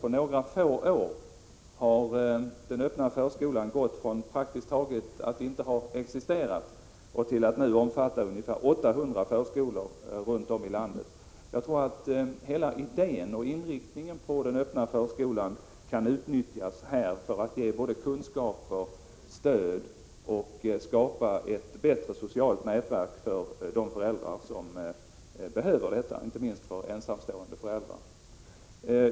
På några få år har den öppna förskolan gått från att praktiskt taget inte ha existerat till att nu omfatta ungefär 800 förskolor i landet. Jag tror att hela idén med och inriktningen av den öppna förskolan kan utnyttjas för att ge både kunskap och stöd liksom för att skapa ett bättre socialt nätverk för de föräldrar som behöver detta, inte minst för ensamstående föräldrar.